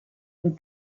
with